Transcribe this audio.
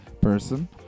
person